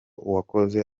uwakoze